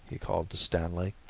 he called to stanley.